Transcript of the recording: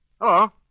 Hello